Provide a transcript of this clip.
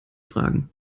fragen